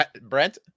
Brent